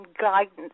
guidance